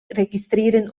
registrieren